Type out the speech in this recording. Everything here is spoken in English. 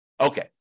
Okay